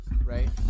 right